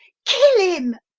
kill him!